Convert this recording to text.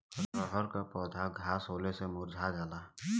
रहर क पौधा घास होले से मूरझा जाला